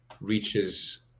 reaches